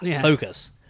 Focus